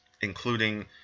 including